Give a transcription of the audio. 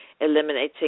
Eliminating